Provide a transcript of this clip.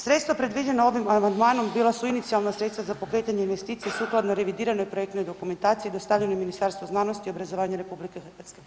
Sredstva predviđena ovim amandmanom bila su inicijalna sredstva za pokretanje investicije sukladno revidiranoj projektnoj dokumentaciji dostavljenoj Ministarstvu znanosti i obrazovanja RH.